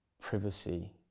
privacy